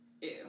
ew